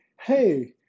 hey